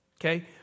Okay